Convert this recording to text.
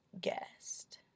guest